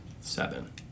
Seven